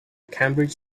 cambridge